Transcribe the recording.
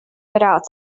without